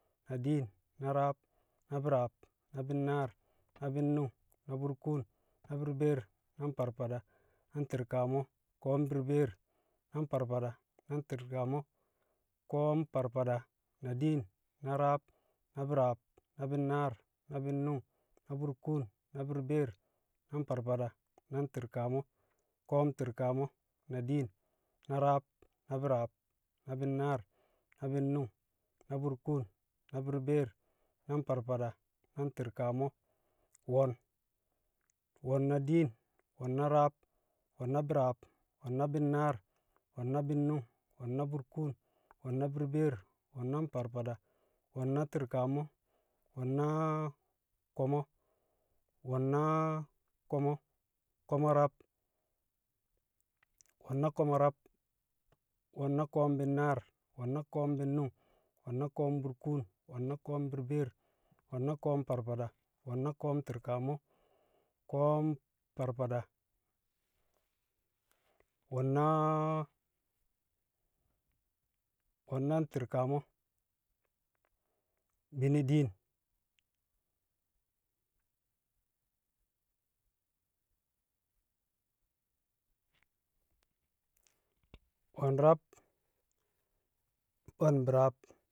na diin, na rab, na bi̱raab, na bi̱nnaar, na bi̱nnu̱ng, na burkuun, na burbeer, na farfada, na ti̱rkamo̱, ko̱o̱m burbeer, na farfada, na ti̱rkamo̱, ko̱o̱m farfada na diin, na rab, na bi̱raab, na bi̱nnaar, na bi̱nnu̱ng, na burkuun, na burbeer, na farfada, na ti̱rkamo̱, ko̱o̱m ti̱rkamo̱, na diin, na rab, na bi̱raab, na bi̱nnaar, na bi̱nnu̱ng, na burkuun. na burbeer, na farfada, na ti̱rkamo̱, wo̱n, wo̱n na diin, wo̱n na rab, wo̱n na bi̱raab, wo̱n na bi̱nnaar, wo̱n na bi̱nnu̱ng, wo̱n na burkuun, wo̱n na burbeer, wo̱n na farfada, wo̱n na ti̱rkamo̱, wo̱n na- ko̱mo̱, wo̱n na- ko̱mo̱, ko̱mo̱ rab, wo̱n na ko̱mo̱ rab, wo̱n na ko̱o̱m bi̱nnaar, wo̱n na ko̱o̱m bi̱nnu̱ng, wo̱n na ko̱o̱m burkn, wo̱n na ko̱o̱m burbeer, wo̱n na kom farfada, wo̱n na ko̱o̱m ti̱rkamo̱, ko̱o̱m farfada, wo̱n na- wo̱n na ti̱rkamo̱, bini diin, wo̱n rab, wo̱n bi̱raab.